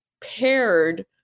paired